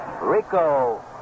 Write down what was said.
Rico